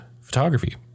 photography